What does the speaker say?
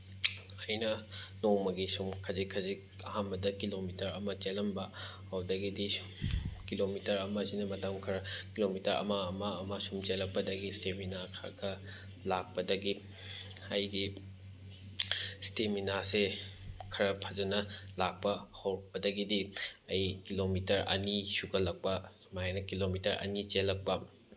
ꯑꯩꯅ ꯅꯣꯡꯃꯒꯤ ꯁꯨꯝ ꯈꯖꯤꯛ ꯈꯖꯤꯛ ꯑꯍꯥꯟꯕꯗ ꯀꯤꯂꯣꯃꯤꯇꯔ ꯑꯃ ꯆꯦꯜꯂꯝꯕ ꯑꯗꯨꯗꯒꯤꯗꯤꯁꯨ ꯀꯤꯂꯣꯃꯤꯇꯔ ꯑꯃꯁꯤꯅ ꯃꯇꯝ ꯈꯔ ꯀꯤꯂꯣꯃꯤꯇꯔ ꯑꯃ ꯑꯃ ꯑꯃ ꯁꯨꯝ ꯆꯦꯜꯂꯛꯄꯗꯒꯤ ꯏꯁꯇꯦꯃꯤꯅꯥ ꯈꯔ ꯈꯔ ꯂꯥꯛꯄꯗꯒꯤ ꯑꯩꯒꯤ ꯏꯁꯇꯦꯃꯤꯅꯥꯁꯦ ꯈꯔ ꯐꯖꯅ ꯂꯥꯛꯄ ꯍꯧꯔꯛꯄꯗꯒꯤꯗꯤ ꯑꯩ ꯀꯤꯂꯣꯃꯤꯇꯔ ꯑꯅꯤ ꯁꯨꯒꯜꯂꯛꯄ ꯁꯨꯃꯥꯏꯅ ꯀꯤꯂꯣꯃꯤꯇꯔ ꯑꯅꯤ ꯆꯦꯜꯂꯛꯄ